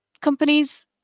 companies